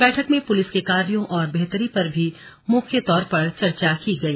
बैठक में पुलिस के कार्यों और बेहतरी पर भी मुख्य तौर पर चर्चा की गई